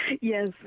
Yes